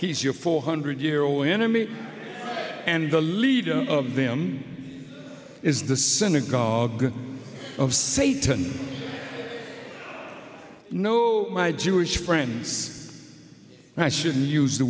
he's your four hundred year old enemy and the leader of them is the synagogue of satan no my jewish friends i shouldn't use the